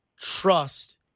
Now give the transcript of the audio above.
trust